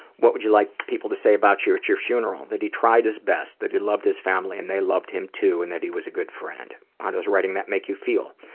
what would you like people to say about you at your funeral? and that he tried his best. that he loved his family and they loved him too, and that he was a good friend. how does writing that make you feel?